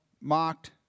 mocked